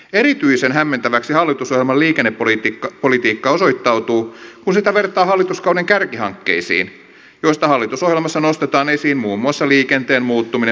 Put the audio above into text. erityisen hämmentäväksi hallitusohjelman liikennepolitiikka osoittautuu kun sitä vertaa hallituskauden kärkihankkeisiin joista hallitusohjelmassa nostetaan esiin muun muassa liikenteen muuttuminen palveluksi